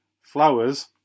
flowers